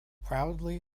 proudly